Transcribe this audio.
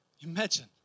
Imagine